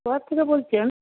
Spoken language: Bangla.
কোথা থেকে বলছেন